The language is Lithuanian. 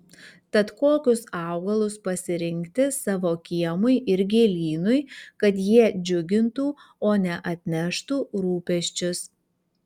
tad kokius augalus pasirinkti savo kiemui ir gėlynui kad jie džiugintų o ne atneštų rūpesčius